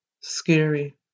scary